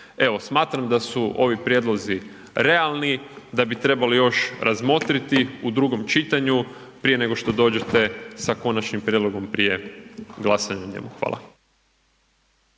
Evo smatram da su ovi prijedlozi realni, da bi ih trebalo još razmotriti u drugom čitanju prije nego što dođete sa konačnim prijedlogom prije glasanja o njemu. Hvala.